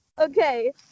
Okay